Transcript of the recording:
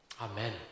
Amen